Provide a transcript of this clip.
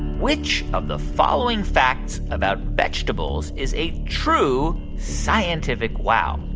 which of the following facts about vegetables is a true scientific wow?